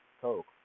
coke